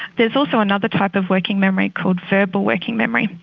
there's also another type of working memory called verbal working memory,